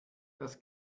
das